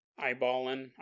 eyeballing